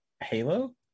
Halo